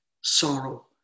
sorrow